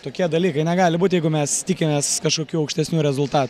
tokie dalykai negali būt jeigu mes tikimės kažkokių aukštesnių rezultatų